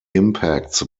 impacts